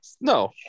no